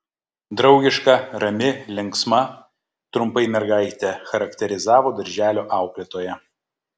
draugiška rami linksma trumpai mergaitę charakterizavo darželio auklėtoja